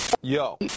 Yo